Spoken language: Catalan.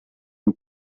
amb